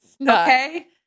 Okay